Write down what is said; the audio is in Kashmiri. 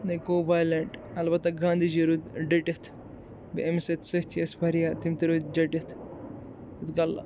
نہ یہِ گوٚو وایلینٛٹ البتہ گاندھی جی روٗدۍ ڈٔٹِتھ بیٚیہِ أمِس سۭتۍ سۭتۍ یہِ ٲسۍ واریاہ تِم تہِ روٗدۍ ڈٔٹِتھ یُتھ کال